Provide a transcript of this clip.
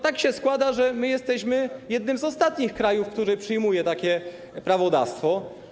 Tak się składa, że jesteśmy jednym z ostatnich krajów, który przyjmuje takie prawodawstwo.